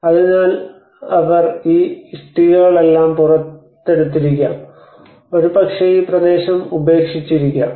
അതിനാൽ അവർ ഈ ഇഷ്ടികകളെല്ലാം പുറത്തെടുത്തിരിക്കാം ഒരുപക്ഷേ ഈ പ്രദേശം ഉപേക്ഷിച്ചിരിക്കാം